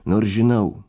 nors žinau